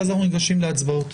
ואז אנחנו ניגשים להצבעות.